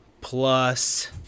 plus